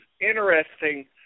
interesting